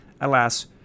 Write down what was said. Alas